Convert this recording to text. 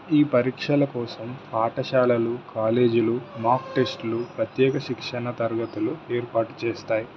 ఈ పరీక్షల కోసం పాఠశాలలు కాలేజీలు మాక్ టెస్టులు ప్రత్యేక శిక్షణ తరగతులు ఏర్పాటు చేస్తాయి